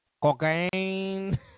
cocaine